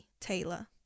taylor